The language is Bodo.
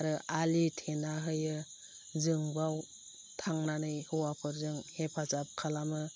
आरो आलि थेना होयो जों बाव थांनानै हौवाफोरजों हेफाजाब खालामो